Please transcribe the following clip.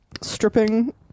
stripping